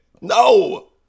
no